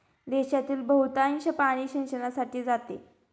देशातील बहुतांश पाणी सिंचनासाठी जाते